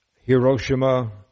Hiroshima